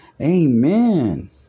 Amen